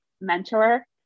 mentor